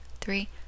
three